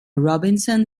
robinson